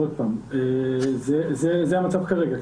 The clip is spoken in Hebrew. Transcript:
זה המצב כרגע.